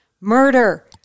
Murder